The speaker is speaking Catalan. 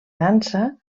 dansa